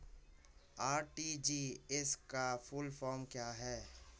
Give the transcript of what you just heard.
RTGS का full form क्या है?